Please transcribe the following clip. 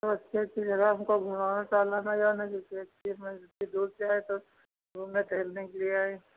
सब अच्छी अच्छी जगह हमको घुमाना टहलना जाना जिससे इतनी दूर से आए तो घूमने टहलने के लिए आए